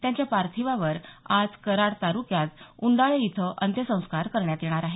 त्यांच्या पार्थिवावर आज कराड तालुक्यात उंडाळे इथं अंत्यसंस्कार करण्यात येणार आहेत